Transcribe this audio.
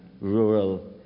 rural